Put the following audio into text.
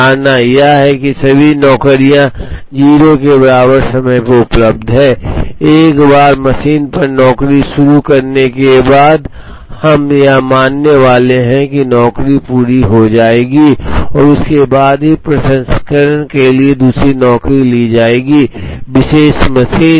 धारणा यह है कि सभी नौकरियां 0 के बराबर समय पर उपलब्ध हैं एक बार मशीन पर नौकरी शुरू होने के बाद हम यह मानने वाले हैं कि नौकरी पूरी हो जाएगी और उसके बाद ही प्रसंस्करण के लिए दूसरी नौकरी ली जाएगी विशेष मशीन